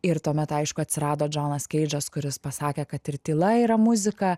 ir tuomet aišku atsirado džonas keidžas kuris pasakė kad ir tyla yra muzika